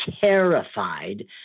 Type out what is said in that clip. terrified